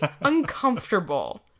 uncomfortable